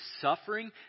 suffering